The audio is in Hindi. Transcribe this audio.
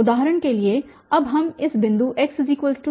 उदाहरण के लिए अब हम इस बिंदु x